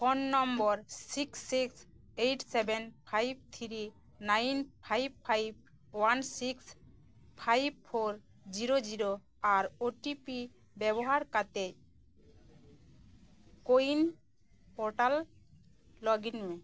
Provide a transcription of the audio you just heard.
phone number six six eight seven five three nine five five one six five four zero zero ᱟᱨ OTP ᱵᱮᱵᱚᱦᱟᱨ ᱠᱟᱛᱮᱫ ᱠᱳᱼᱩᱭᱤᱱ portal login ᱢᱮ